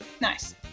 Nice